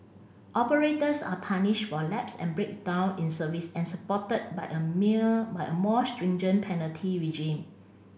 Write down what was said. operators are punished for lapse and breakdown in service and supported by a mere by a more stringent penalty regime